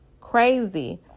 crazy